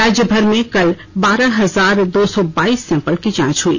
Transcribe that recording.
राज्य भर में कल बारह हजार दो सौ बाईस सैम्पल की जांच हुई